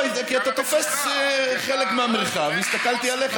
כי אתה תופס חלק מהמרחב, והסתכלתי עליך.